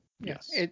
Yes